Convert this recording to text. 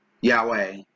Yahweh